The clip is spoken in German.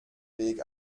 weg